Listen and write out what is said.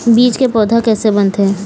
बीज से पौधा कैसे बनथे?